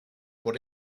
por